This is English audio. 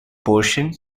portion